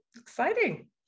exciting